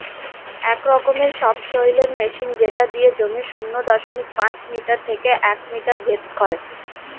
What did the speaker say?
এক রকমের সবসৈলের মেশিন যেটা দিয়ে জমির শূন্য দশমিক পাঁচ মিটার থেকে এক মিটার ভেদ করে